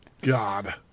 God